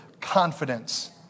confidence